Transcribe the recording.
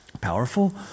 powerful